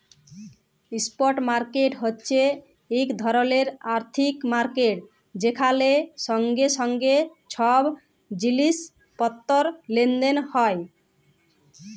spot market হছে ইক ধরলের আথ্থিক মার্কেট যেখালে সঙ্গে সঙ্গে ছব জিলিস পত্তর লেলদেল হ্যয়